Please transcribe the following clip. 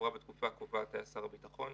החברה בתקופה הקובעת היה שר הביטחון,